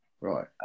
Right